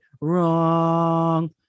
wrong